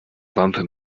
wampe